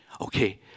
Okay